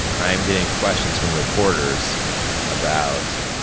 i am getting questions from reporters about,